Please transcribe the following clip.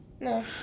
No